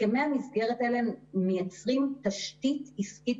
הסכמי המסגרת האלה מייצרים תשתית עסקית